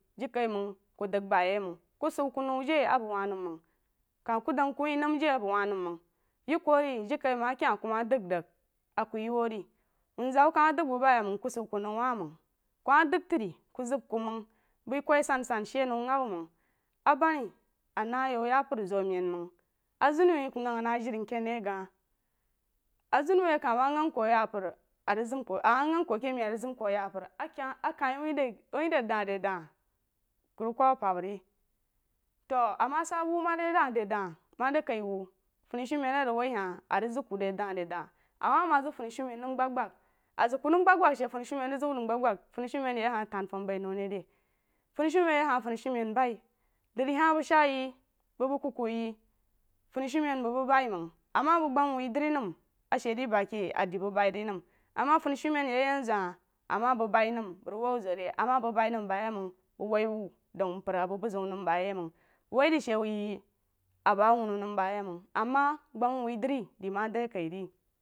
Dəg ba ye məng ku sən nou di a ku bəg wah nəm məng kah ku dəg ku mən je a bəg wah nəm məng ye ku ri jirikaiməng akaihkumadəg rig a ku ye wu ri wozawu kah ma dəg ku baməng ku səw ku nuo waməng ku ma dəg tri ku zəm ku̇ məng bəí kwoi asansan she nou nəngha məng abani a naa yau zapər zamen məng azuri wah ku ghang na jiri nkan ri aghang azuni wah ama ghang ku ayapər a rig zəm ama ghang ku aki men zəm ku ayapər ake akei wah de da de da ku rig kwab apabba re to ama sa bu ma re da re da marí kai wu funisumen a rig wah hahi a rig zəg ku re da re da ama, ama zəg funisumen gbagbag a zəg ku məg gbaggbag she funisumen rig zəg wu nəm gbagbəg sunsumen ye ahah tan fub bai neu rig re funisumen ya ahah funisumen bai lərí ahah bəg shaa yí bu bəg kuku yi funsumen bəg, bəg bəi məng ama həg gəm wui dri nəm a she di ba ke a de bəg bəi ri nəm atria funisumen ye ayen zuatah ama bəg bəi nəm ba yi məng bəg wah wu dəw mpər a bəg bu ziu nəm bayeməng bəg wah de shi yí a ba awun nəm ba ye məng ama gbam wuh drí di ma de kai re.